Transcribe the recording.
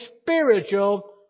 spiritual